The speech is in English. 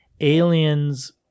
aliens